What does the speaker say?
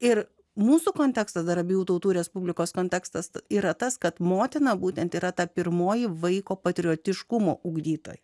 ir mūsų kontekstas dar abiejų tautų respublikos kontekstas yra tas kad motina būtent yra ta pirmoji vaiko patriotiškumo ugdytoja